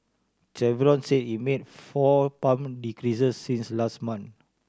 chevron say it made four pump decreases since last month